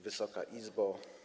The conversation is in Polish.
Wysoka Izbo!